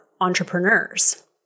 entrepreneurs